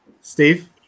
Steve